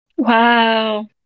Wow